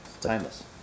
Timeless